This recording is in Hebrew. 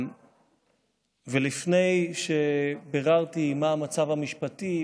לפני שביררתי מה המצב המשפטי,